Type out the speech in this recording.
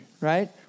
right